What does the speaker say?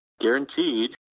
guaranteed